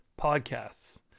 podcasts